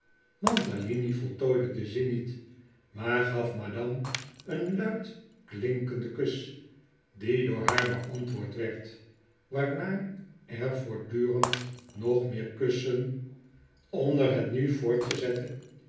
mantalini voltooide den zin niet maar gaf madame een luid klinkenden kus die door haar beantwoord werd waarna er voortdurend nog meer kussen onder het nu